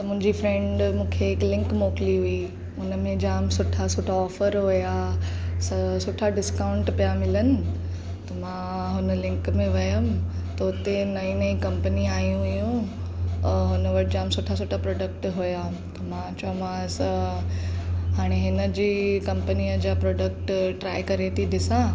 त मुंहिंजी फ्रेंड मूंखे हिकु लिंक मोकिली हुई हुन में जामु सुठा सुठा ऑफ़र हुया सुठा डिस्काउंट पिया मिलनि त मां हुन लिंक में वियमि त हुते नई नई कंपनी आई हुयूं हुन वटि जामु सुठा सुठा प्रोडक्ट हुया त मां चयोमांसि हाणे हिन जी कंपनीअ जा प्रोडक्ट ट्राए करे थी ॾिसां